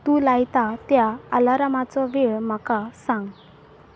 तूं लायता त्या आलारामाचो वेळ म्हाका सांग